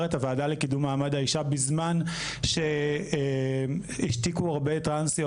מעמד האישה בזמן שהשתיקו הרבה טרנסיות,